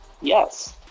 yes